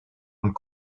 und